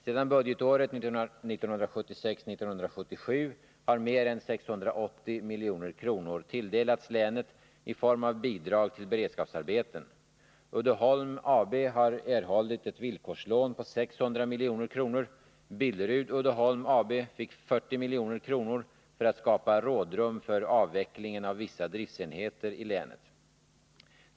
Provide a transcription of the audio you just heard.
Sedan budgetåret 1976/77 har mer än 680 milj.kr. tilldelats länet i form av bidrag till beredskapsarbeten. Uddeholm AB har erhållit ett villkorslån på 600 milj.kr. Billerud-Uddeholm AB fick 40 milj.kr. för att skapa rådrum för avvecklingen av vissa driftenheter i länet.